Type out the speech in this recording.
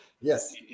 Yes